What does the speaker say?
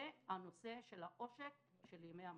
ונושא העושק של ימי המחלה.